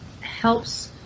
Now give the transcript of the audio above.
helps